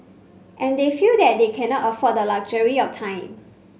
and they feel that they cannot afford the luxury of time